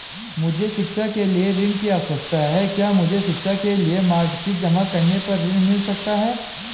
मुझे शिक्षा के लिए ऋण की आवश्यकता है क्या मुझे शिक्षा के लिए मार्कशीट जमा करने पर ऋण मिल सकता है?